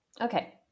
okay